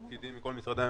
פקידים מכל משרדי הממשלה,